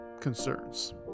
concerns